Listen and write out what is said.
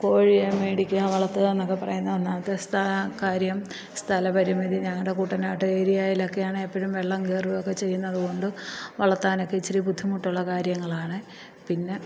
കോഴിയെ മേടിക്കുക വളർത്തുകാന്നൊക്കെ പറയുന്നത് ഒന്നാമത്തെ സ്ഥാ കാര്യം സ്ഥല പരിമിതി ഞങ്ങളുടെ കുട്ടനാട്ട് ഏരിയായിലൊക്കെയാണെൽ എപ്പോഴും വെള്ളം കയറുകേം ഒക്കെ ചെയ്യുന്നത് കൊണ്ട് വളർത്താനൊക്കെ ഇച്ചിരി ബുദ്ധിമുട്ടുള്ള കാര്യങ്ങളാണ് പിന്നെ